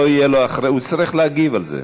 לא יהיה לו אחרי, הוא יצטרך להגיב על זה.